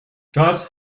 das